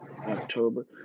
October